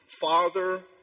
Father